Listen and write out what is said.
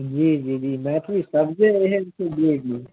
जी जी जी मैथिली शब्दे एहन छै जी जी